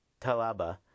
Talaba